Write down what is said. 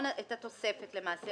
את התוספת למעשה,